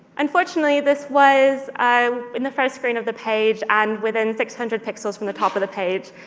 unfortunately, this was um in the first screen of the page and within six hundred pixels from the top of the page,